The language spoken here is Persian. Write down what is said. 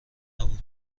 نبود